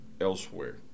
elsewhere